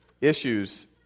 issues